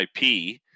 ip